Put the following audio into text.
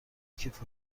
کیف